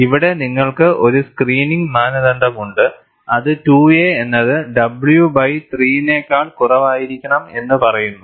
ഇവിടെ നിങ്ങൾക്ക് ഒരു സ്ക്രീനിംഗ് മാനദണ്ഡമുണ്ട് അത് 2a എന്നത് w ബൈ 3 നെക്കാൾ കുറവായിരിക്കണം എന്ന് പറയുന്നു